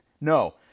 No